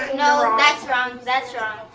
no. that's wrong. that's yeah